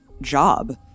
job